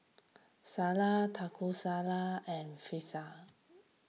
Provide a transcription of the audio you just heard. Salsa Taco Salad and Fajitas